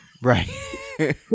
Right